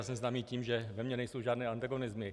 Jsem známý tím, že ve mně nejsou žádné antagonismy.